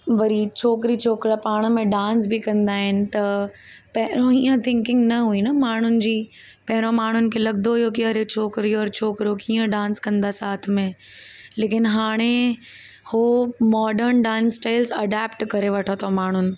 वरी छोकरी छोकिरा पाण में डांस बि कंदा आहिनि त पहिरियों हीअ थिंकिंग न हुई न माण्हुनि जी पहिरियों माण्हुनि खे लॻंदो हुओ की अरे छोकरी ऐं छोकरो कीअं डांस कंदा साथ में लेकिन हाणे उहे मॉडन डांस स्टाइल्स अडेप्ट करे वठे अथऊं माण्हुनि